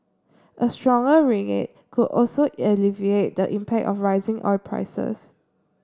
a stronger ringgit could also alleviate the impact of rising oil prices